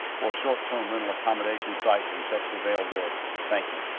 or short-term rental accommodation site and check for availability. thank you.